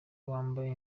wambaye